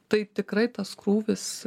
tai tikrai tas krūvis